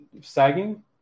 sagging